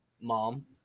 Mom